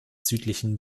südlichen